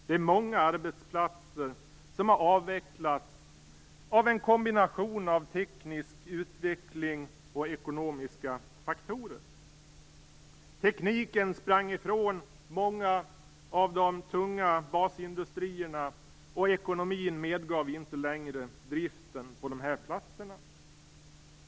Det är många arbetsplatser som har avvecklats på grund av en kombination av teknisk utveckling och ekonomiska faktorer. Tekniken sprang ifrån många av de tunga basindustrierna, och ekonomin medgav inte längre driften på dessa platser.